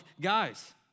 guys